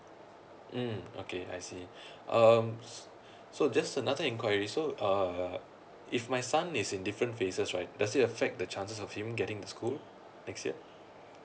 mm okay I see um so just another enquiry so uh if my son is in different phases right does it affect the chances of him get in the school next year